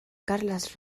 carles